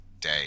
day